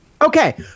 Okay